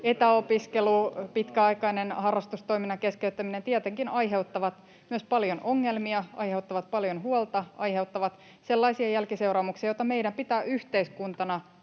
etäopiskelu tai pitkäaikainen harrastustoiminnan keskeyttäminen tietenkin aiheuttavat myös paljon ongelmia, aiheuttavat paljon huolta ja aiheuttavat sellaisia jälkiseuraamuksia, joita meidän pitää yhteiskuntana